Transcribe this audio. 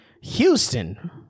Houston